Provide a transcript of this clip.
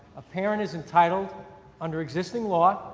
a parent is entitled under existing law,